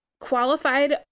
qualified